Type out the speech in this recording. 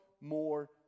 more